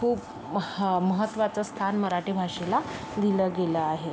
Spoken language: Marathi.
खूप म महत्त्वाचं स्थान मराठी भाषेला दिलं गेलं आहे